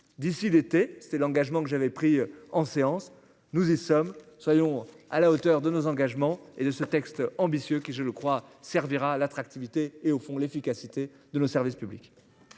d'ici l'été, c'est l'engagement que j'avais pris en séance nous y sommes. Soyons à la hauteur de nos engagements et de ce texte ambitieux qui, je le crois, servira à l'attractivité et au fond l'efficacité de nos services publics.